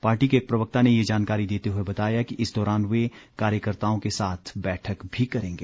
party के एक प्रवक्ता ने ये जानकारी देते हुए बताया कि इस दौरान वे कार्यकर्ताओं के साथ बैठक भी करेंगे